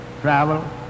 travel